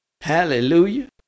Hallelujah